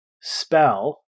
spell